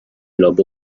俱乐部